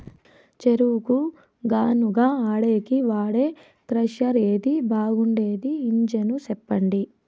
చెరుకు గానుగ ఆడేకి వాడే క్రషర్ ఏది బాగుండేది ఇంజను చెప్పండి?